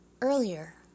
earlier